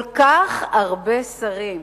כל כך הרבה שרים,